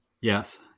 Yes